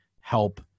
help